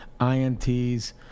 ints